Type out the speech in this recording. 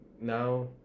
now